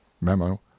memo